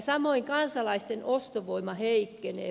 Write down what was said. samoin kansalaisten ostovoima heikkenee